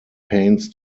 pains